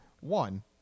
One